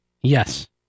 Yes